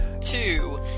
two